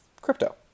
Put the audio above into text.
crypto